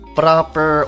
proper